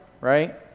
right